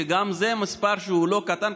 שגם זה מספר לא קטן.